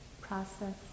process